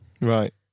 right